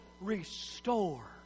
restore